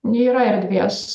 nėra erdvės